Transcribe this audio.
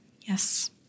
Yes